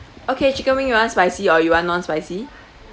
okay chicken wing you want spicy or you want non-spicy